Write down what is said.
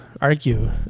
argue